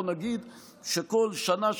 בוא נגיד שכל שנה,